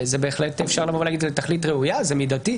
בהחלט אפשר לומר שזה לתכלית ראויה וכי זה מידתי.